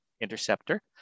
interceptor